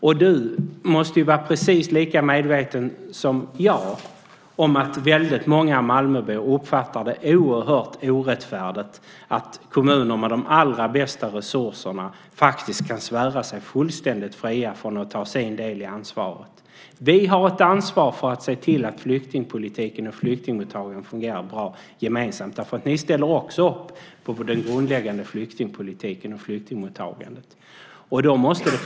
Och du måste vara precis lika medveten som jag om att väldigt många malmöbor uppfattar det som oerhört orättfärdigt att kommuner med de allra bästa resurserna faktiskt kan svära sig fullständigt fria från att ta sin del av ansvaret. Vi har ett gemensamt ansvar för att se till att flyktingpolitiken och flyktingmottagandet fungerar bra därför att ni också ställer er bakom den grundläggande flyktingpolitiken och det grundläggande flyktingmottagandet.